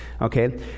Okay